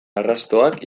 arrastoak